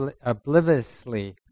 obliviously